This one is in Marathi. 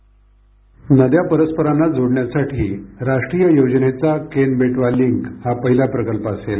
ध्वनी नद्या परस्परांना जोडण्यासाठी राष्ट्रीय योजनेचा केन बेटवा लिंक हा पहिला प्रकल्प असेल